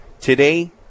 Today